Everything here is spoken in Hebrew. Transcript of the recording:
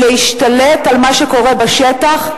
להשתלט על מה שקורה בשטח?